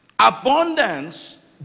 Abundance